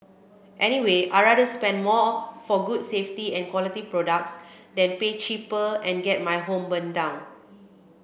anyway I'd rather spend more for good safety and quality products than pay cheaper and get my home burnt down